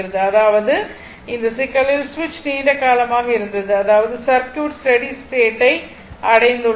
அதாவது இந்த சிக்கலில் சுவிட்ச் நீண்ட காலமாக இருந்தது அதாவது சர்க்யூட் ஸ்டெடி ஸ்டேட் ஐ அடைந்துள்ளது